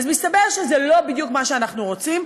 אז מסתבר שזה לא בדיוק מה שאנחנו רוצים.